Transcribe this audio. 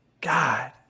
God